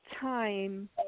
time